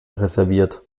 reserviert